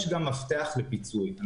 יש גם מפתח לפיצוי.